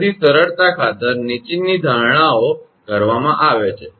તેથી સરળતા ખાતર નીચેની ધારણાઓ કરવામાં આવે છે